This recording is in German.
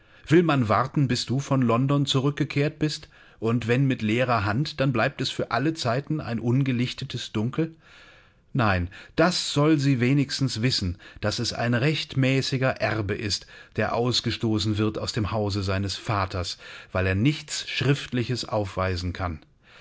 will man warten bis du von london zurückgekehrt bist und wenn mit leerer hand dann bleibt es für alle zeit ein ungelichtetes dunkel nein dann soll sie wenigstens wissen daß es ein rechtmäßiger erbe ist der ausgestoßen wird aus dem hause seines vaters weil er nichts schriftliches aufweisen kann